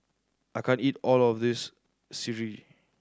I can't eat all of this sireh